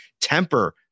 temper